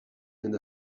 and